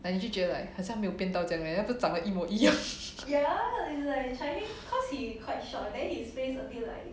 and 就觉得 like 好像没有变到这样 leh 他不是长得一模一样